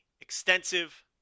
extensive